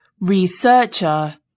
researcher